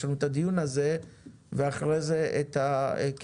יש לנו את הדיון הזה ואחרי זה את הכלים